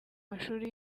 mashuri